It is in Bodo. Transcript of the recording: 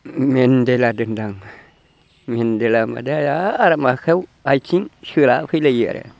मेनदेला दोनदां मेनदेला होनब्लाथाय जा आरो आखायाव आथिं सोला फैलायो आरो